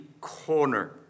Corner